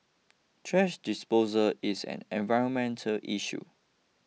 thrash disposal is an environmental issue